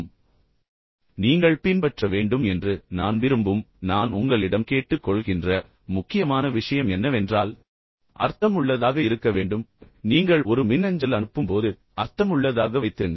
இப்போது நீங்கள் பின்பற்ற வேண்டும் என்று நான் விரும்பும் நான் உங்களிடம் கேட்டுக் கொள்கின்ற மிக முக்கியமான விஷயம் என்னவென்றால் அர்த்தமுள்ளதாக இருக்க வேண்டும் நீங்கள் ஒரு மின்னஞ்சல் அனுப்பும்போது அர்த்தமுள்ளதாக வைத்திருங்கள்